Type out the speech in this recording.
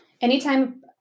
anytime